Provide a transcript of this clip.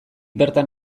bertan